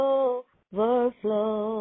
overflow